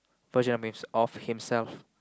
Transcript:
version of him of himself